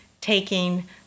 taking